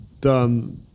done